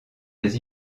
des